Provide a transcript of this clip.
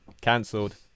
Cancelled